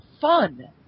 fun